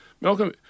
Malcolm